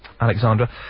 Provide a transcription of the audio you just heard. Alexandra